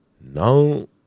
Now